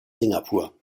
singapur